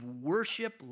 worship